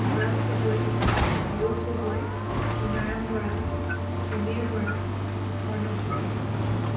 Swaraj Gogoi Arup Gogoi Minaram Bora Samir Bora Arnab Bora